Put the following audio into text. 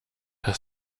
das